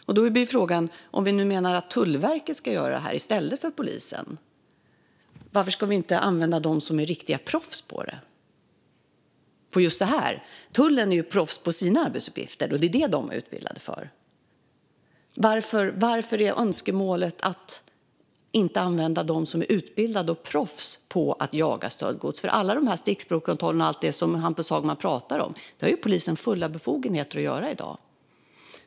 Om man menar att Tullverket ska göra det i stället för polisen blir frågan varför vi inte ska använda dem som är riktiga proffs på just det. Tullen är proffs på sina arbetsuppgifter. Det är dem som de är utbildade för att utföra. Varför är önskemålet att inte använda dem som är utbildade och proffs på att jaga stöldgods? Alla stickprovskontroller och allt det som Hampus Hagman talar om har polisen fulla befogenheter att göra i dag.